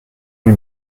lui